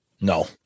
No